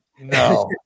no